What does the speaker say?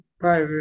Bye